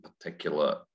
particular